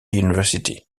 university